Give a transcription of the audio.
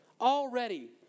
Already